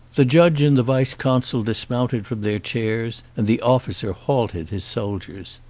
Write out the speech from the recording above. the judge and the vice-consul dismounted from their chairs and the officer halted his soldiers.